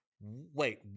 Wait